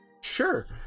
Sure